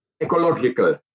ecological